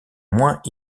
moins